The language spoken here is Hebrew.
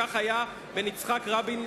וכך היה בין יצחק רבין,